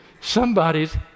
somebody's